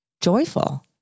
joyful